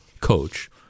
coach